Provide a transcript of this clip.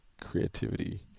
creativity